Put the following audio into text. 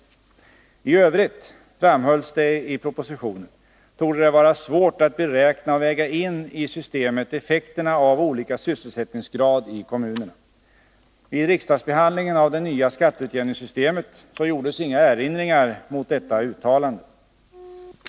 I övrigt — framhölls det i propositionen — torde det vara svårt att beräkna och väga in i systemet effekterna av olika sysselsättningsgrad i kommunerna. Vid riksdagsbehandlingen av det nya skatteutjämningssystemet gjordes inga erinringar mot detta uttalande.